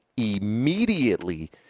immediately